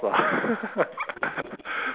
ah